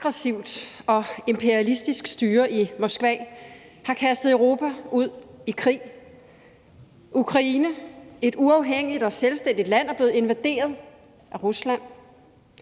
aggressivt og imperialistisk styre i Moskva har kastet Europa ud i krig. Ukraine, et uafhængigt og selvstændigt land, er blevet invaderet af Rusland.